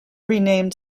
renamed